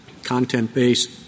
content-based